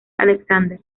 alexander